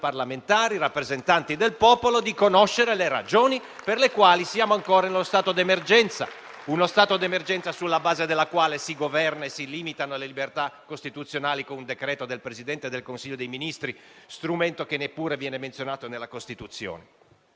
parlamentari, rappresentanti del popolo, di conoscere le ragioni per le quali siamo ancora in uno stato di emergenza, uno stato di emergenza in base al quale si governa e si limitano le libertà costituzionali con decreti del Presidente del Consiglio dei ministri, strumento che neppure viene menzionato nella Costituzione.